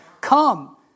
Come